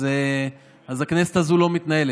אז הכנסת הזו לא מתנהלת.